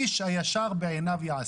איש הישר בעיניו יעשה.